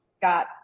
got